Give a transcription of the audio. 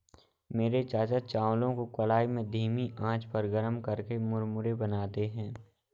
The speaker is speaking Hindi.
मेरे चाचा चावलों को कढ़ाई में धीमी आंच पर गर्म करके मुरमुरे बनाते हैं